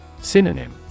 Synonym